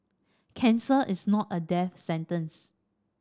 cancer is not a death sentence